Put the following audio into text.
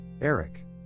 Eric